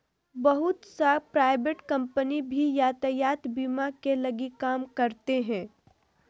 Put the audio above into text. बहुत सा private company भी यातायात बीमा के लगी काम करते हइ